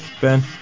ben